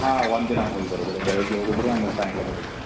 ಹಾಂ ಒಂದಿನ ಹೋಗಿ ಬರೋದು ರೀ ಬೆಳಗ್ಗೆ ಹೋಗೋದು ರೀ ಆಮೇಲೆ ಸಾಯಂಕಾಲ ಬರೋದು ರೀ